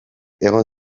egon